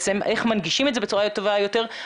איך מנגישים את זה בצורה טובה יותר,